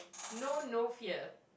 no no fear